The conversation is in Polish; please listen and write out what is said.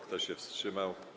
Kto się wstrzymał?